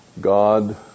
God